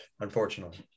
unfortunately